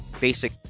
basic